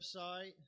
website